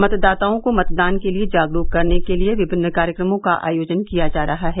मतदाताओं को मतदान के लिए जागरूक करने के लिए विभिन्न कार्यक्रमों का आयोजन किया जा रहा है